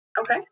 Okay